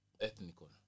ethnical